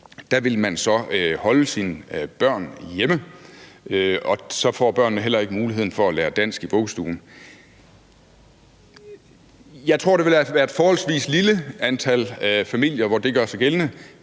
så vil holde sine børn hjemme, og at børnene så heller ikke får muligheden for at lære dansk i vuggestuen, at jeg tror, det ville være et forholdsvis lille antal familier, hvor det gør sig gældende,